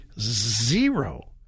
zero